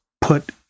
put